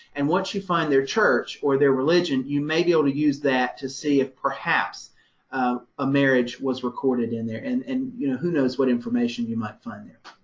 and once you find their church or their religion, you may be able to use that to see if perhaps a marriage was recorded in there. and and you know, who knows what information you might find there.